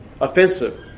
offensive